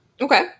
Okay